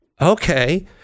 Okay